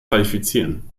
qualifizieren